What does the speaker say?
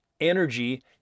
energy